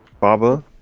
Baba